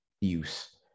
use